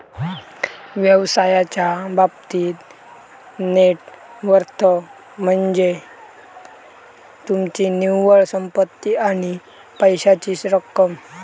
व्यवसायाच्या बाबतीत net worth म्हनज्ये तुमची निव्वळ संपत्ती आणि पैशाची रक्कम